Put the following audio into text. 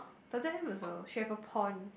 turtle have also she have a pond